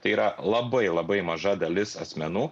tai yra labai labai maža dalis asmenų